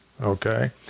Okay